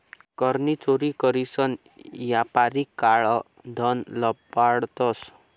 कर नी चोरी करीसन यापारी काळं धन लपाडतंस